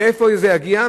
מאיפה זה יגיע?